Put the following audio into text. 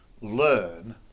learn